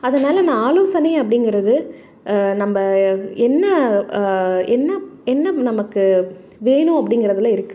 அதனாலே நான் ஆலோசனை அப்படிங்கிறது நம்ப என்ன என்ன என்ன நமக்கு வேணும் அப்படிங்கிறதுல இருக்குது